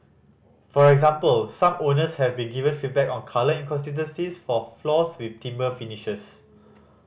for example some owners have be given feedback on colour inconsistencies for floors with timber finishes